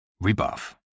Rebuff